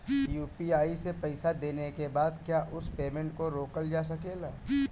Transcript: UPI से पईसा देने के बाद क्या उस पेमेंट को रोकल जा सकेला?